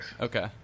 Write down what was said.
Okay